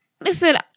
Listen